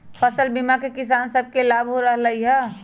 फसल बीमा से किसान सभके लाभ हो रहल हइ